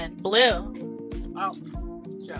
blue